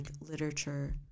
literature